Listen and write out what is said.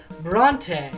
Bronte